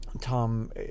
Tom